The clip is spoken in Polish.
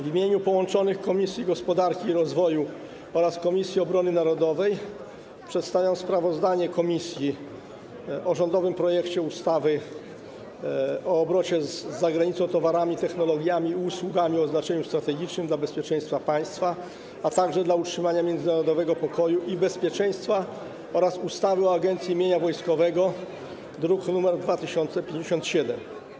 W imieniu połączonych Komisji Gospodarki i Rozwoju oraz Komisji Obrony Narodowej przedstawiam sprawozdanie komisji o rządowym projekcie ustawy o obrocie z zagranicą towarami, technologiami i usługami o znaczeniu strategicznym dla bezpieczeństwa państwa, a także dla utrzymania międzynarodowego pokoju i bezpieczeństwa oraz ustawy o Agencji Mienia Wojskowego, druk nr 2057.